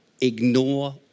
ignore